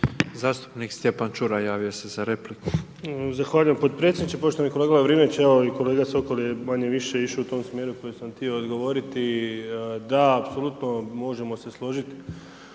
Zastupnik Stjepan Čuraj javio se za repliku. **Čuraj, Stjepan (HNS)** Zahvaljujem potpredsjedniče. Poštovani kolega Lovrinović, evo i kolega Sokol je manje-više išao u tom smjeru u kojem sam htio odgovoriti. Da, apsolutno, možemo se složiti